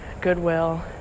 Goodwill